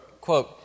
quote